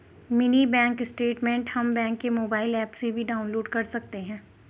mini bank statement हम bank के mobile app से भी डाउनलोड कर सकते है